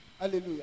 hallelujah